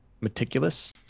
meticulous